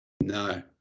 No